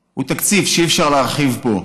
הוא תקציב שאי-אפשר להרחיב בו: